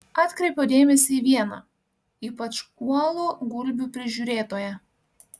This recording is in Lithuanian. atkreipiau dėmesį į vieną ypač uolų gulbių prižiūrėtoją